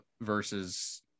versus